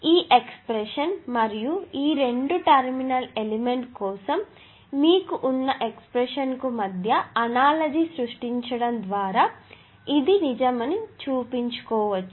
ఈ ఎక్స్ప్రెషన్ మరియు రెండు టెర్మినల్ ఎలిమెంట్ కోసం మీకు ఉన్న ఎక్స్ప్రెషన్ కు మధ్య అనాలజీ సృష్టించడం ద్వారా ఇది నిజమని చూపించుకోవచ్చు